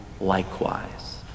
likewise